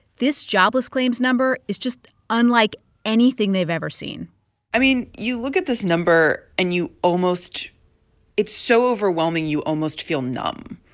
this jobless claims number is just unlike anything they've ever seen i mean, you look at this number, and you almost it's so overwhelming you almost feel numb,